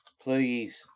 please